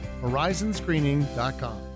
Horizonscreening.com